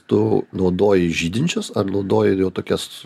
tu naudoji žydinčiuas ar naudoji tokias